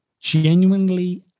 genuinely